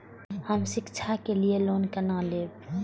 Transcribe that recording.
हम शिक्षा के लिए लोन केना लैब?